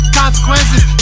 consequences